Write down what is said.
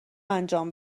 انجام